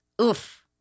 oof